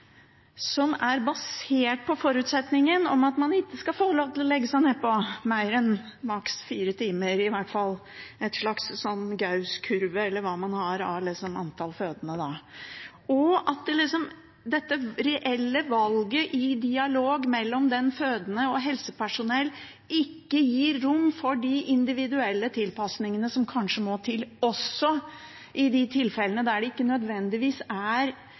som er basert på forutsetningen om at man ikke skal få lov til å legge seg nedpå i mer enn maks. fire timer, i hvert fall ifølge en slags gausskurve eller av antall fødende, og at det i det reelle valget i dialog mellom den fødende og helsepersonell ikke gis rom for de individuelle tilpasningene som kanskje må til. I de tilfellene der det ikke skjer noe dramatisk, vet man nødvendigvis